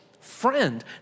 friend